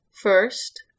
first